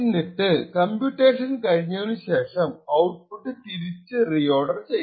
എന്നിട്ടു കംപ്യൂട്ടേഷൻ കഴിഞ്ഞതിനുശേഷം ഔട്ട്പുട്ട് തിരിച്ചു റീഓർഡർ ചെയ്യണം